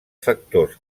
factors